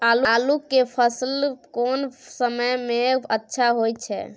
आलू के फसल कोन समय में अच्छा होय छै?